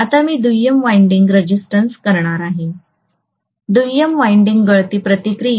आता मी दुय्यम वाइंडिंग रेजिस्टन्स करणार आहे दुय्यम वाइंडिंग गळती प्रतिक्रिया